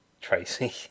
Tracy